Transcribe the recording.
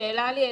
שאלה לי אליך,